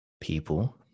people